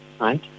right